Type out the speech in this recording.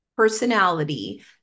personality